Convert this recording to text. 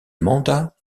mandats